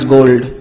Gold